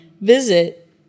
visit